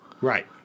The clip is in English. Right